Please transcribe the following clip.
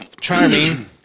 charming